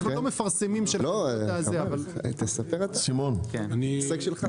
אנחנו לא מפרסמים --- סימון, בבקשה.